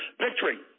victory